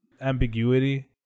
ambiguity